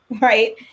right